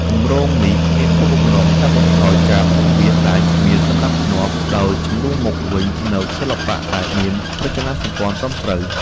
គម្រោងនេះមានគោលបំណងកាត់បន្ថយការគូសវាសដែលគ្មានសណ្ដាប់ធ្នាប់ ដោយជំនួសមកវិញនូវសិល្បៈដែលមានរចនាសម្ព័ន្ធត្រឹមត្រូវ។